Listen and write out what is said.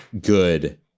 good